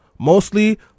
Mostly